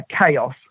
chaos